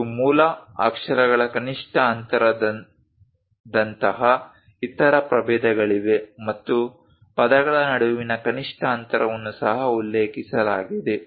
ಮತ್ತು ಮೂಲ ಅಕ್ಷರಗಳ ಕನಿಷ್ಠ ಅಂತರದಂತಹ ಇತರ ಪ್ರಭೇದಗಳಿವೆ ಮತ್ತು ಪದಗಳ ನಡುವಿನ ಕನಿಷ್ಠ ಅಂತರವನ್ನು ಸಹ ಉಲ್ಲೇಖಿಸಲಾಗಿದೆ